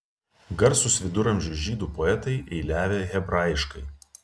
garsūs viduramžių žydų poetai eiliavę hebrajiškai